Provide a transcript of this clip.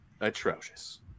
atrocious